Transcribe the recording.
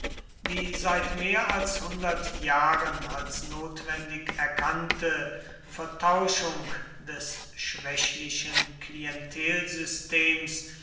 die seit mehr als hundert jahren als notwendig erkannte vertauschung des schwächlichen